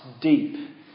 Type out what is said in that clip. deep